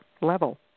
level